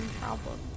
problem